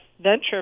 venture